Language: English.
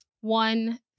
One